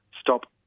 stop